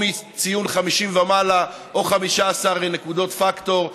או מציון 50 ומעלה או 15 נקודות פקטור,